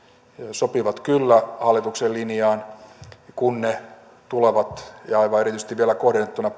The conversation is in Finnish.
sopivat kyllä hallituksen linjaan kun ne tulevat ja vielä aivan erityisesti kohdennettuna